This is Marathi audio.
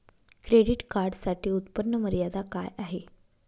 क्रेडिट कार्डसाठी उत्त्पन्न मर्यादा काय आहे?